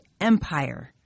empire